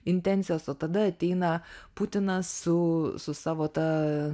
intencijas o tada ateina putinas su su savo ta